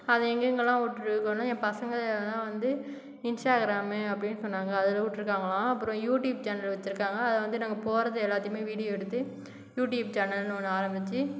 அதை எங்கே எங்கேலாம் விட்டிருக்கனா என் பசங்கள் எல்லாம் வந்து இன்ஸ்ட்டாகிராமு அப்படினு சொன்னாங்க அதில் விட்ருக்காங்களாம் அப்புறம் யூடியூப்பில் சேனல் வச்சுருக்காங்க அதில் வந்து நாங்கள் போவது எல்லாத்தையுமே வீடியோ எடுத்து யூடியூப் சேனல்ன்னு ஒன்று ஆரமிச்சு